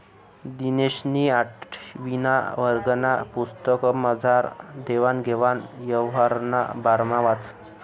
दिनेशनी आठवीना वर्गना पुस्तकमझार देवान घेवान यवहारना बारामा वाचं